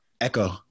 Echo